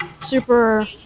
Super